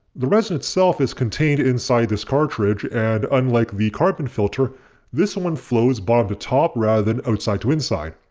the resin itself is contained inside this cartridge and unlike the carbon filter this one flows bottom to top rather than outside to inside.